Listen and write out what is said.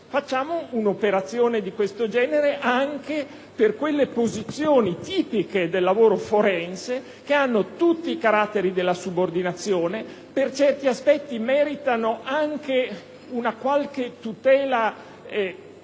Facciamo un'operazione di questo genere anche per quelle posizioni tipiche del lavoro forense che hanno tutti i caratteri della subordinazione e che per certi aspetti meritano anche una qualche tutela